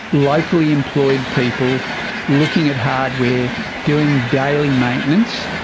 locally employed people looking at hardware, doing daily maintenance,